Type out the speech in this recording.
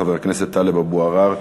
חבר הכנסת טלב אבו עראר.